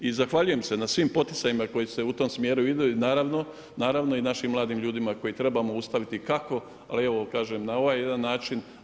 I zahvaljujem se na svim poticajima koji idu u tom smjeru i naravno i našim mladim ljudima koji trebamo ustaviti kako ali evo kažem na ovaj jedan način.